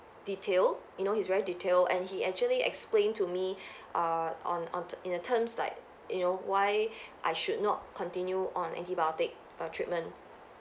detailed you know he's very detailed and he actually explained to me err on on in the terms like you know why I should not continue on antibiotic err treatment